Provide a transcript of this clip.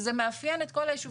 וזה מאפיין את כל הישובים,